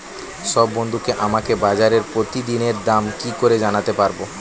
সব বন্ধুকে আমাকে বাজারের প্রতিদিনের দাম কি করে জানাতে পারবো?